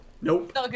Nope